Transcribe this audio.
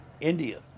India